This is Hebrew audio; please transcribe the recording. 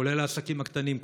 כולל העסקים הקטנים,